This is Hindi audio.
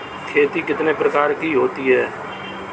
खेती कितने प्रकार की होती है?